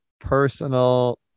personal